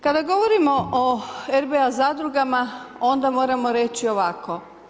Kada govorimo o RBA zadrugama onda moramo reći ovako.